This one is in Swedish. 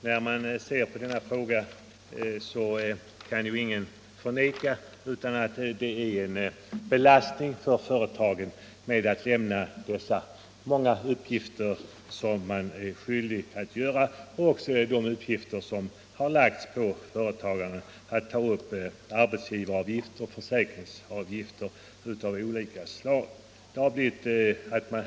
Herr talman! Ingen kan förneka att det är en belastning för företagen att lämna alla de uppgifter som de avkrävs och att ta upp arbetsgivaravgifter och försäkringsavgifter av olika slag som de ålagts att ta upp.